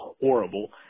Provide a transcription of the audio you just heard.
horrible